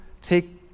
take